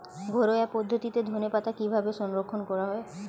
ঘরোয়া পদ্ধতিতে ধনেপাতা কিভাবে সংরক্ষণ করা হয়?